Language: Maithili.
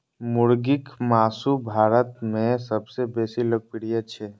मुर्गीक मासु भारत मे सबसं बेसी लोकप्रिय छै